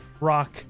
rock